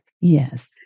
Yes